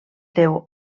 deu